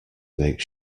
make